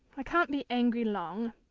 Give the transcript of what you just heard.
i can't be angry long.